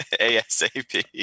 ASAP